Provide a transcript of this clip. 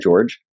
George